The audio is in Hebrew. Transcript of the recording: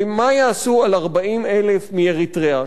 ומה יעשו עם 40,000 מאריתריאה,